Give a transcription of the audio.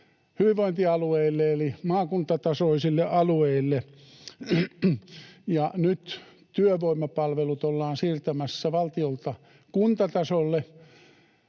hyvinvointialueille eli maakuntatasoisille alueille, ja nyt työvoimapalvelut ollaan siirtämässä valtiolta kuntatasolle.